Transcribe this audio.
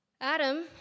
Adam